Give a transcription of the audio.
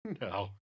No